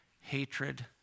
hatred